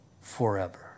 forever